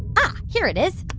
and here it is